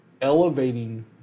elevating